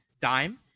dime